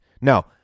No